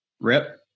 Rip